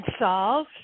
solve